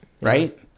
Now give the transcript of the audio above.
right